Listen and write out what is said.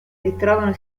ritrovano